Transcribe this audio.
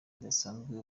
bidasanzwe